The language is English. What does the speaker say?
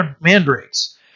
mandrakes